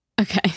Okay